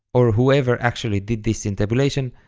or whoever actually did this intabulation,